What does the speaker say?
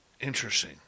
Interesting